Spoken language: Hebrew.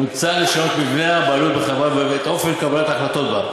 מוצע לשנות את מבנה הבעלות בחברה ואת אופן קבלת ההחלטות בה.